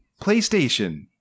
PlayStation